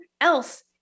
else